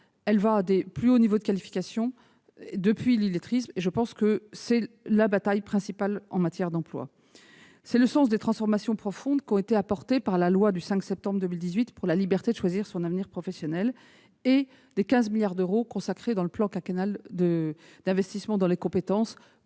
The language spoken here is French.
elle va du plus haut niveau de qualification jusqu'à l'illettrisme. C'est la bataille principale en matière d'emploi. C'est le sens tant des transformations profondes apportées par la loi du 5 septembre 2018 pour la liberté de choisir son avenir professionnel que des 15 milliards consacrés dans le cadre du plan quinquennal d'investissement dans les compétences.